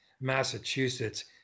Massachusetts